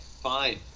Fine